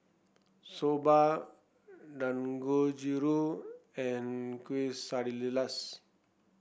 Soba Dangojiru and Quesadillas